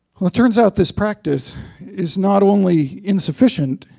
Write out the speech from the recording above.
well, it turns out, this practice is not only insufficient,